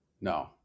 no